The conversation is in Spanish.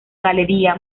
galería